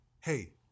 hey